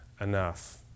enough